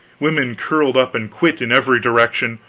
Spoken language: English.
women curled up and quit in every direction,